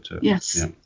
Yes